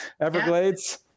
everglades